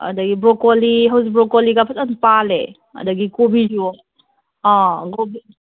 ꯑꯗꯨꯗꯒꯤ ꯕ꯭ꯔꯣꯀꯣꯂꯤ ꯍꯧꯖꯤꯛ ꯕ꯭ꯔꯣꯀꯣꯂꯤꯒ ꯐꯖꯅ ꯄꯥꯜꯂꯦ ꯑꯗꯨꯗꯒꯤ ꯀꯣꯕꯤꯁꯨ ꯑꯥ ꯀꯣꯕꯤ